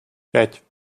пять